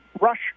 Rush